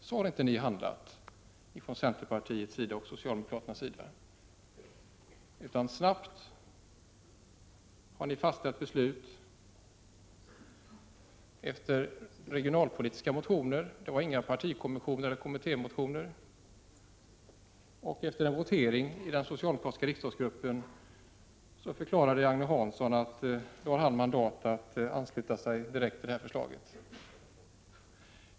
Så har inte centerpartiet och socialdemokraterna handlat. Ni har snabbt fattat beslut på basis av regionalpolitiska motioner, det fanns inga partimotioner eller kommittémotioner. Efter en votering i den socialdemokratiska riksdagsgruppen förklarade Agne Hansson att man hade valt att ansluta sig direkt till det förslaget.